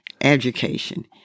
education